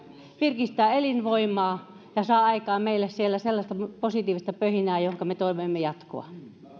virkistää elinvoimaa ja saa meille siellä aikaan sellaista positiivista pöhinää johon me toivomme jatkoa